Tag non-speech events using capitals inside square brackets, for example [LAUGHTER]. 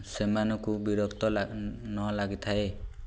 ସେମାନଙ୍କୁ ବିରକ୍ତ [UNINTELLIGIBLE] ନ ଲାଗିଥାଏ